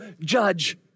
judge